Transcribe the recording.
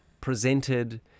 presented